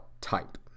type